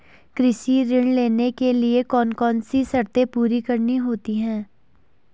कृषि ऋण लेने के लिए कौन कौन सी शर्तें पूरी करनी होती हैं?